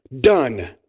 done